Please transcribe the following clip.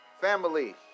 family